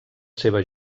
seva